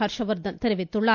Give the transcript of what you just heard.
ஹர்ஷவர்த்தன் தெரிவித்துள்ளார்